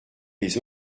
les